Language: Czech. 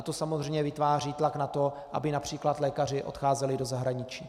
To samozřejmě vytváří tlak na to, aby například lékaři odcházeli do zahraničí.